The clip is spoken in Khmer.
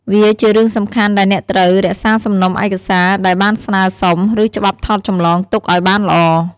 វាជារឿងសំខាន់ដែលអ្នកត្រូវ រក្សាសំណុំឯកសារ ដែលបានស្នើសុំ ឬច្បាប់ថតចម្លងទុកឲ្យបានល្អ។